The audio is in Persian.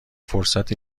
فرصت